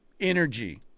energy